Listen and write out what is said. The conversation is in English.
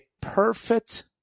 perfect